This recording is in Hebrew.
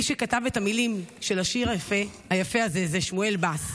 מי שכתב את המילים של השיר היפה הזה הוא שמואל בס: